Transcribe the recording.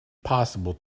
possible